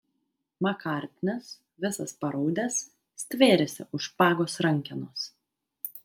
makartnis visas paraudęs stvėrėsi už špagos rankenos